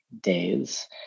days